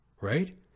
right